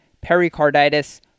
pericarditis